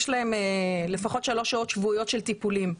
יש להם לפחות שלוש שעות שבועיות של טיפולים.